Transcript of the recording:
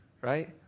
Right